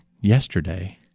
yesterday